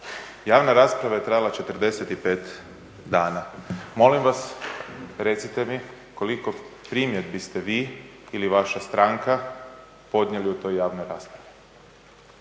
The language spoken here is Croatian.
Javna rasprava je trajala 45 dana. Molim vas recite mi koliko primjedbi ste vi ili vaša stranka podnijeli u toj javnoj raspravi?